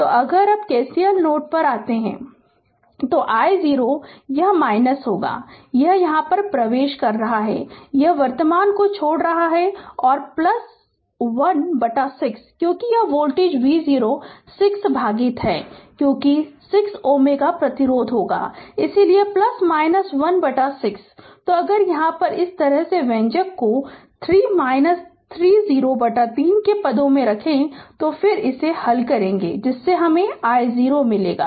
तो अगर अब KCL को नोड पर लागू करें तो i0 यह यह यह यह एक प्रवेश है यह वर्तमान छोड़ रहा है और 1 बटा 6 क्योंकि यह वोल्टेज V0 6 भागित 6 है क्योंकि 6 Ω प्रतिरोध इसलिए 1 बटा 6 तो अगर यहाँ के इस व्यंजक को 1 3 0 बटा 3 के पदों में रखें फिर इसे हल करें i0 मिलेगा